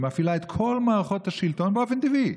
היא מפעילה את כל מערכות השלטון באופן טבעי,